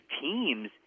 teams